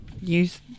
use